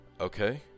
okay